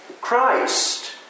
Christ